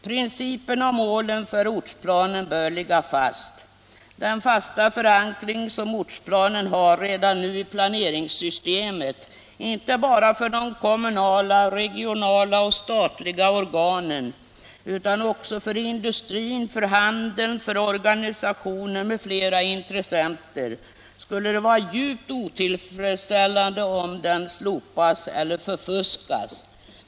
Principerna och målen för ortsplanen bör ligga fast. Det skulle vara djupt otillfredsställande om den fasta förankring som ortsplanen har redan nu i planeringssystemet, inte bara för de kommunala, regionala och statliga organen utan också för industrin, handeln, organisationerna m.fl. intressenter, slopas eller förfuskas.